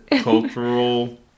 Cultural